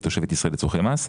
היא תושבת ישראל לצורכי מס.